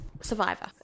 Survivor